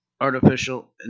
artificial